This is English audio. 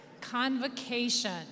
Convocation